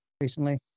recently